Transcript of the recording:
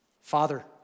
Father